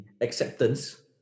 acceptance